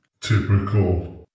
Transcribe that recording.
typical